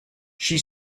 she